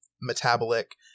metabolic